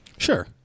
Sure